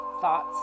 thoughts